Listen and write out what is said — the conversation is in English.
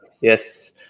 Yes